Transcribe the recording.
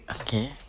Okay